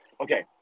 Okay